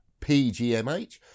pgmh